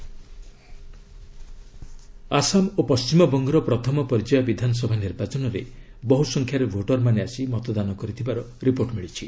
assembly election Assam ଓ ପଶ୍ଚିମବଙ୍ଗର ପ୍ରଥମ ପର୍ଯ୍ୟାୟ ବିଧାନସଭା ନିର୍ବାଚନରେ ବହ୍ର ସଂଖ୍ୟାରେ ଭୋଟରମାନେ ଆସି ମତଦାନ କରିଥିବାର ରିପୋର୍ଟ ମିଳିଛି